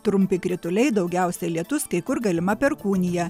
trumpi krituliai daugiausia lietus kai kur galima perkūnija